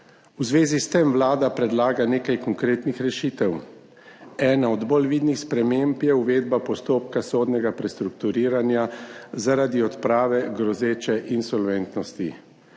V zvezi s tem vlada predlaga nekaj konkretnih rešitev, ena od bolj vidnih sprememb je uvedba postopka sodnega prestrukturiranja zaradi odprave grozeče insolventnosti.